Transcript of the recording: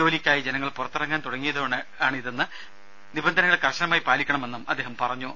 ജോലിക്കായി ജനങ്ങൾ പുറത്തിറങ്ങാൻ തുടങ്ങിയതോടെയാണിതെന്നും നിബന്ധനകൾ കർശനമായി പാലിക്കണമെന്നും അദ്ദേഹം പറഞ്ഞു